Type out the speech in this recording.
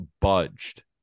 budged